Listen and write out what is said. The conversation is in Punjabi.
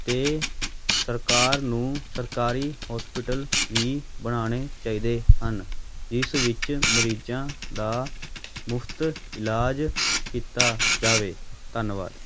ਅਤੇ ਸਰਕਾਰ ਨੂੰ ਸਰਕਾਰੀ ਹੋਸਪੀਟਲ ਵੀ ਬਣਾਉਣੇ ਚਾਹੀਦੇ ਹਨ ਜਿਸ ਵਿੱਚ ਮਰੀਜ਼ਾਂ ਦਾ ਮੁਫ਼ਤ ਇਲਾਜ ਕੀਤਾ ਜਾਵੇ ਧੰਨਵਾਦ